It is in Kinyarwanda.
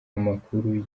amakuru